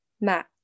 Match